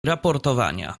raportowania